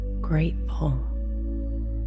grateful